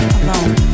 alone